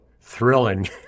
thrilling